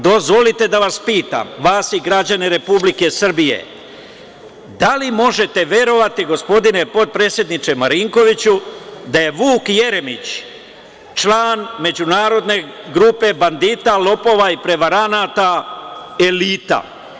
Dozvolite da vas pitam, vas i građane Republike Srbije, da li možete verovati, gospodine potpredsedniče Marinkoviću, da je Vuk Jeremić član međunarodne grupe bandita, lopova i prevaranata Elita?